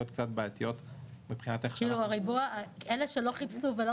בעיתיות מבחינת איך שאנחנו --- אלה שלא חיפשו ולא